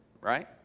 right